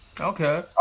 Okay